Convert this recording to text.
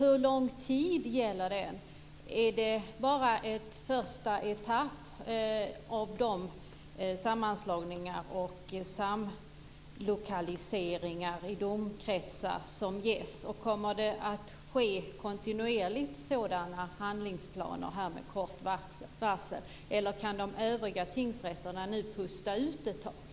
Är det här bara en första etapp av sammanslagningar och samlokaliseringar i domkretsar? Kommer det med kort varsel att komma sådana här handlingsplaner kontinuerligt, eller kan de övriga tingsrätterna nu pusta ut ett tag?